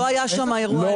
לא היה שם אירוע אלימות.